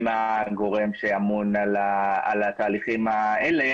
הם הגורם שאמון על התהליכים האלה,